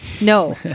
No